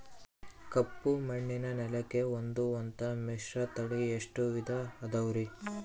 ಕಪ್ಪುಮಣ್ಣಿನ ನೆಲಕ್ಕೆ ಹೊಂದುವಂಥ ಮಿಶ್ರತಳಿ ಎಷ್ಟು ವಿಧ ಅದವರಿ?